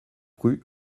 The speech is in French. rue